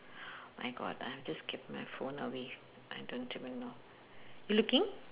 my god I just kept my phone away I don't even know you looking